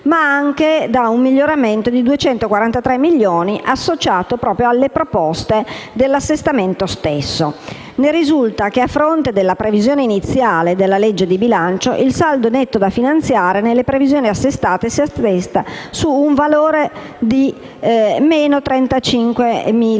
ma anche un miglioramento di 243 milioni di euro associato proprio alle proposte dell'Assestamento stesso. Ne risulta che, a fronte della previsione iniziale della legge di bilancio, il saldo netto da finanziare nelle previsioni assestate si attesta su un valore di meno 35.000